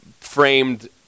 framed